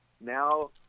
now